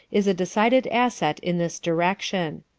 is a decided asset in this direction.